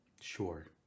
Sure